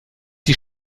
die